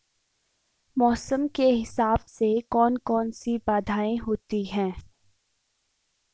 मौसम के हिसाब से कौन कौन सी बाधाएं होती हैं?